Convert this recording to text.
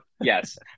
Yes